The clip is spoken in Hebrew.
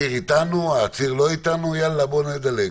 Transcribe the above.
יאללה, נדלג.